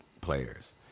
players